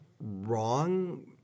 wrong